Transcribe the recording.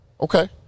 Okay